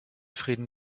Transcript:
frieden